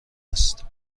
است